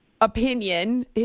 opinion